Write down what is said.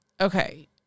Okay